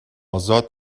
ازاد